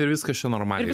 ir viskas čia normaliai